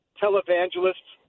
televangelists